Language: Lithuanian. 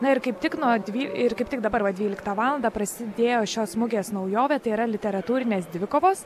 na ir kaip tik nuo dvy ir kaip tik dabar dvyliktą valandą prasidėjo šios mugės naujovė tai yra literatūrinės dvikovos